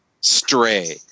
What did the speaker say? Stray